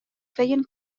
feien